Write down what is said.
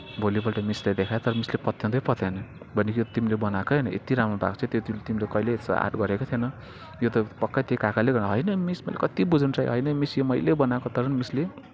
भोलिपल्ट मिसलाई देखाएँ तर मिसले पत्याउँदै पत्याएन भनेपछि यो तिमले बनाएकै होइन यत्ति राम्रो भएको छ त्यो चाहिँ तिमीले कहिल्यै यस्तो आर्ट गरेकै थिएनौ यो त पक्कै त्यही काकाले बनाएको होइन होइन मिस मैले कत्ति बुझाउने ट्राई होइन मिस यो मैलै बनाएको तर पनि मिसले